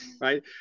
right